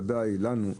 ודאי לנו,